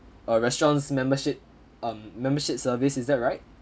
uh restaurant's membership um membership service is that right